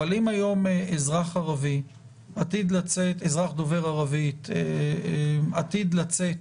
אם היום אזרח דובר ערבית עתיד לצאת